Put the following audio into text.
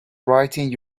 writing